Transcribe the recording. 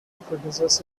produces